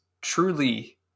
truly